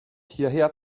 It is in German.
hierher